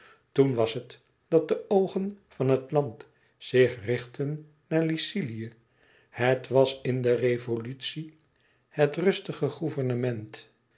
toen was het dat de oogen van het land zich richtten naar lycilië het was in de revolutie het rustigste